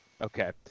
Okay